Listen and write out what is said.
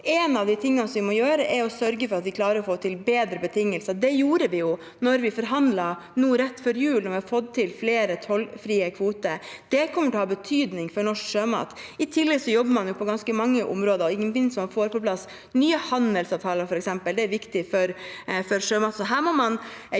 Én av de tingene vi må gjøre, er å sørge for at vi klarer å få til bedre betingelser. Det gjorde vi da vi forhandlet nå rett før jul, og vi har fått til flere tollfrie kvoter. Det kommer til å ha betydning for norsk sjømat. I tillegg jobber man på ganske mange områder, ikke minst med at man får på plass f.eks. nye handelsavtaler. Det er viktig for sjømat.